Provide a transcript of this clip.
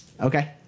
Okay